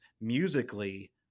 musically